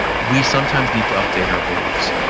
we sometimes need to update our beliefs.